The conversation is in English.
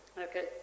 Okay